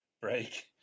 break